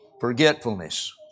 forgetfulness